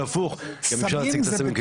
על הפוך, גם